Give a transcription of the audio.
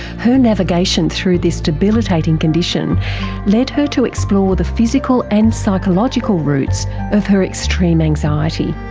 her navigation through this debilitating condition led her to explore the physical and psychological roots of her extreme anxiety,